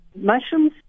Mushrooms